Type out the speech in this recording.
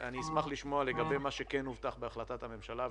אני אשמח לשמוע לגבי מה שכן הובטח בהחלטת הממשלה,